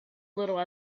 little